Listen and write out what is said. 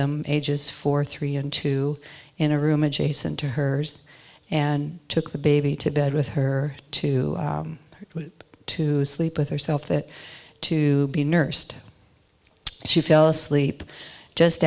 them ages four three and two in a room adjacent to hers and took the baby to bed with her to her to sleep with herself that to be nursed she fell asleep just